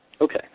Okay